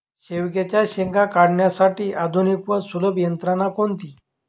शेवग्याच्या शेंगा काढण्यासाठी आधुनिक व सुलभ यंत्रणा कोणती?